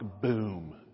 boom